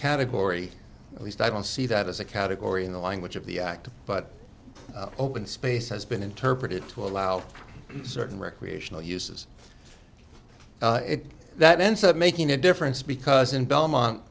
category at least i don't see that as a category in the language of the act but open space has been interpreted to allow certain recreational uses that ends up making a difference because in belmont